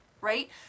right